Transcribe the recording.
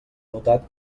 notat